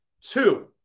Two